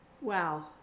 wow